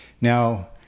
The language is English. Now